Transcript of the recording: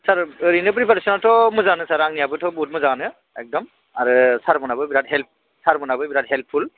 सार ओरैनो प्रिपेरेसनाथ' मोजाङानो सार आंनियाबोथ' बुहुद मोजाङानो एखदम आरो सारमोनाबो बिराद हेल्प सारमोनाबो बिराद हेल्पफुल